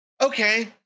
Okay